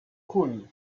kuli